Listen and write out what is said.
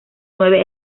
nueve